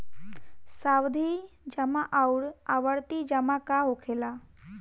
सावधि जमा आउर आवर्ती जमा का होखेला?